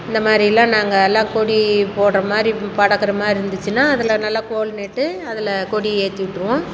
இந்த மாதிரிலாம் நாங்கள் எல்லாம் கொடி போடுற மாதிரி படக்கிற மாதிரி இருந்துச்சுன்னா அதில் நல்லா கோல் நேட்டு அதில் கொடி ஏற்றி விட்ருவோம்